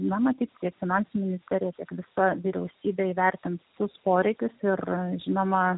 na matyt tiek finansų ministerija tiek visa vyriausybė įvertins visus poreikius ir žinoma